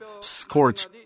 scorch